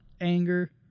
anger